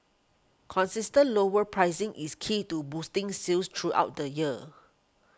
consistent lower pricing is key to boosting sales throughout the year